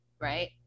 right